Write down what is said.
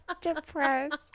depressed